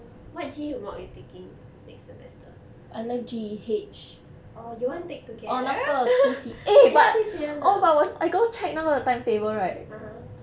what G_E mod you taking next semester or you want take together you like T_C_M ah (uh huh)